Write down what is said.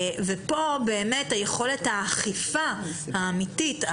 פה יכולת האכיפה האמיתית,